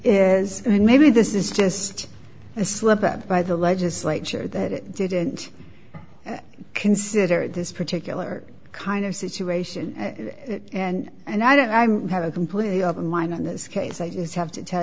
is maybe this is just a slip up by the legislature that it didn't consider this particular kind of situation and i don't i'm have a completely open mind on this case i just have to tell